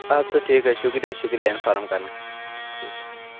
اَدٕ سا ٹھیٖک حظ شُکرِیہ شُکریہ اِنفارم کَرنہٕ خٲطرٕ ٹھیٖک